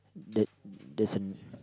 the there's a